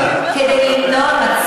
את מה שנותנים להם כדי למנוע מצב,